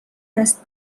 است